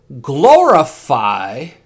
Glorify